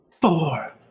four